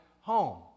home